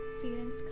feelings